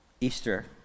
Easter